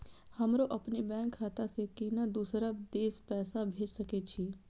हमरो अपने बैंक खाता से केना दुसरा देश पैसा भेज सके छी?